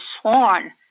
sworn